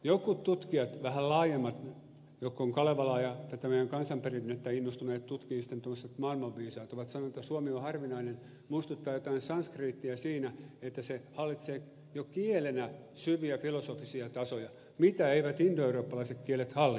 jotkut tutkijat vähän laajemmat jotka ovat kalevalaa ja tätä meidän kansanperinnettämme innostuneet tutkimaan tuommoiset maailmanviisaat ovat sanoneet että suomi on harvinainen muistuttaa jotain sanskriittia siinä että se hallitsee jo kielenä syviä filosofisia tasoja mitä eivät indoeurooppalaiset kielet hallitse